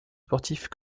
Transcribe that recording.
sportifs